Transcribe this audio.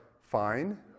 fine